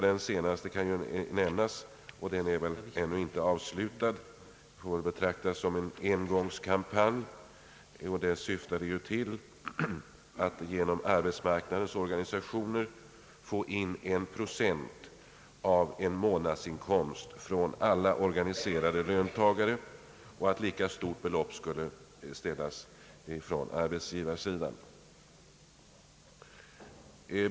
Den senaste insamlingen är väl ännu inte avslutad. Den får väl betraktas som en engångskampanj. Dess syfte var att genom arbetsmarknadens organisationer få in en procent av en månadsinkomst från alla organiserade löntagare och att lika stort belopp skulle ställas till förfogande från arbetsgivarsidan.